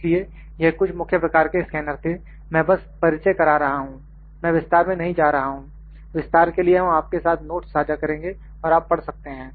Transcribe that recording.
इसलिए यह कुछ मुख्य प्रकार के स्कैनर थे मैं बस परिचय करा रहा हूं मैं विस्तार में नहीं जा रहा हूं विस्तार के लिए हम आपके साथ नोट्स् साझा करेंगे और आप पढ़ सकते हैं